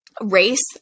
race